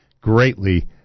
greatly